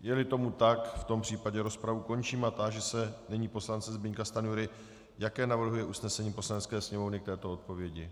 Jeli tomu tak, v tom případě rozpravu končím a táži se nyní poslance Zbyňka Stanjury, jaké navrhuje usnesení Poslanecké sněmovny k této odpovědi.